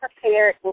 prepared